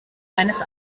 eines